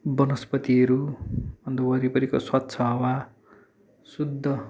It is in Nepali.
वनस्पतिहरू अन्त वरिपरिको स्वच्छ हावा शुद्ध